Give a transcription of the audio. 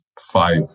five